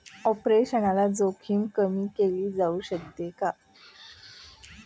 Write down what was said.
Operational जोखीम कमी केली जाऊ शकते का?